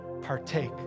partake